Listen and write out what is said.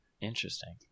Interesting